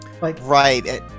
Right